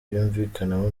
yumvikanamo